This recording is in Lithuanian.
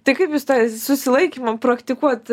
tai kaip jūs tą susilaikymą praktikuot